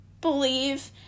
believe